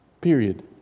Period